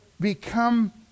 become